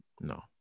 No